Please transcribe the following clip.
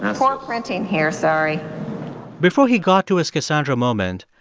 poor printing here, sorry before he got to his cassandra moment,